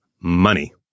money